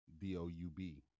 d-o-u-b